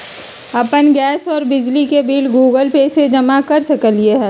अपन गैस और बिजली के बिल गूगल पे से जमा कर सकलीहल?